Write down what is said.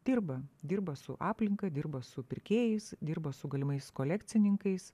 dirba dirba su aplinka dirba su pirkėjais dirba su galimais kolekcininkais